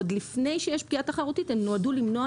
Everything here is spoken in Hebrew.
עוד לפני שיש פגיעה תחרותית הן נועדו למנוע